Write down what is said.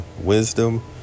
wisdom